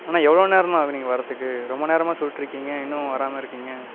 அண்ணா எவ்வளோ நேரண்ணா ஆகும் நீங்க வரதுக்கு ரொம்ப நேரமாக சொல்லிட்ருக்கீங்க இன்னும் வராமல் இருக்கீங்க